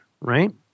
right